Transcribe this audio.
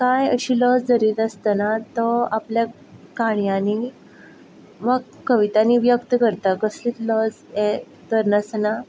कांयच अशी लज धरीनासतना तो आपल्याक काणयांनी वा कवितांनी व्यक्त करता कसलीच लज हें धरनासतना